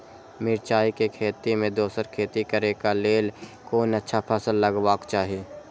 मिरचाई के खेती मे दोसर खेती करे क लेल कोन अच्छा फसल लगवाक चाहिँ?